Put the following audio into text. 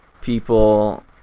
people